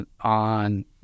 on